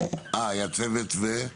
היה צוות ו-?